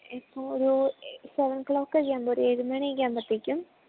ഇപ്പോൾ ഒരു seven clock ഒക്കെയാവുമ്പോൾ ഒരു ഏഴുമണിയൊക്കെ ആവുമ്പത്തേക്കും